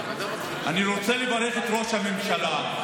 אני רוצה לברך את ראש הממשלה,